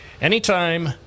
anytime